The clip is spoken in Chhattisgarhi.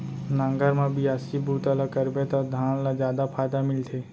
नांगर म बियासी बूता ल करबे त धान ल जादा फायदा मिलथे